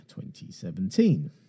2017